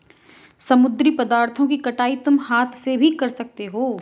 समुद्री पदार्थों की कटाई तुम हाथ से भी कर सकते हो